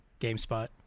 GameSpot